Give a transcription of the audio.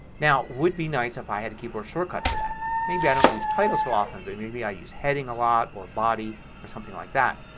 now it would be nice if i had a keyboard shortcut for that. maybe i don't use title so often but maybe i use heading a lot or body, or something like that.